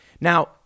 Now